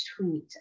tweet